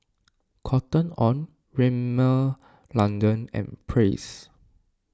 Cotton on Rimmel London and Praise